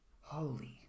holy